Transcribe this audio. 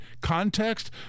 context